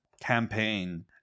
campaign